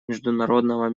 международного